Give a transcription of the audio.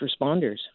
responders